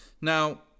Now